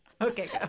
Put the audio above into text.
okay